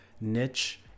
niche